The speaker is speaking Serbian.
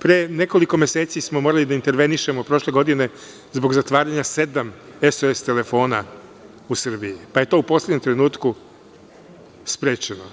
Pre nekoliko meseci smo morali da intervenišemo prošle godine zbog zatvaranja sedam SOS telefona u Srbiji, pa je to u poslednjem trenutku sprečeno,